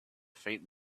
faint